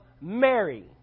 Mary